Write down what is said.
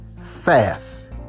fast